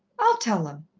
i'll tell them.